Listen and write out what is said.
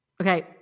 Okay